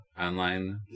online